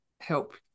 help